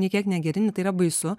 nei kiek negeri nu tai yra baisu